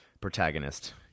protagonist